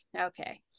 okay